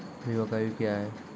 बीमा के आयु क्या हैं?